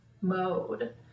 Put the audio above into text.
mode